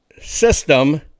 system